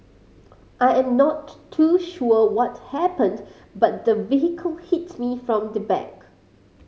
I am not too sure what happened but the vehicle hit me from the back